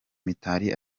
mitali